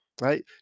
right